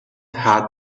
had